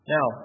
Now